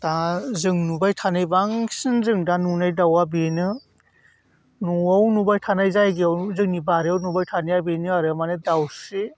दा जों नुबायथानाय बांसिन जों दा नुनाय दाउआ बेनो न'आव नुबायथानाय जायगायाव जोंनि बारियाव नुबाय थानाया बेनो आरो दाउस्रि